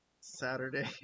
saturday